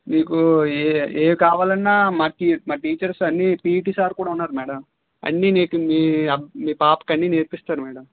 మీకు ఏంకావాలన్నా మా టీచర్స్ అన్నీ పీఈటి సార్ కూడా ఉన్నారు మేడం అన్నీ మీ పాపకు అన్నీ నేర్పిస్తాడు మేడం